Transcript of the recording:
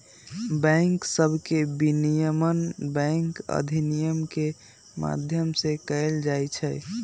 bank सभके विनियमन bank अधिनियम के माध्यम से कएल जाइ छइ